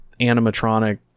animatronic